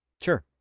Sure